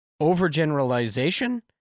overgeneralization